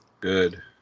Good